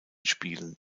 spielen